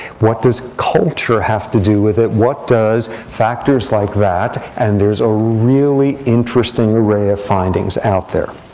what does culture have to do with it? what does factors like that? and there's a really interesting array of findings out there.